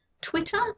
Twitter